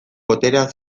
boterea